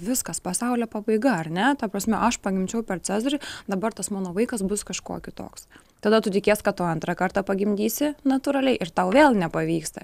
viskas pasaulio pabaiga ar ne ta prasme aš pagimdžiau per cezarį dabar tas mano vaikas bus kažkuo kitoks tada tu tikies kad tu antrą kartą pagimdysi natūraliai ir tau vėl nepavyksta